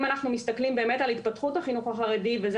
אם אנחנו מסתכלים על התפתחות החינוך וזה